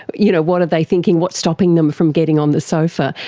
you know what are they thinking, what's stopping them from getting on the sofa?